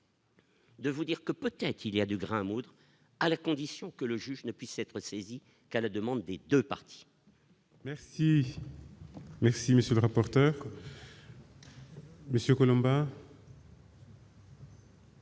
De vous dire que peut-être il y a du grain à moudre à la condition que le juge ne puisse être saisie à la demande des 2 parties. Merci, merci, monsieur le rapporteur. Monsieur Collombat.